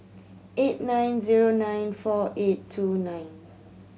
eight nine zero nine four eight two nine